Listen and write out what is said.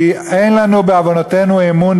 כי אין לנו בעוונותינו אמון,